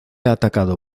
atacado